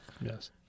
Yes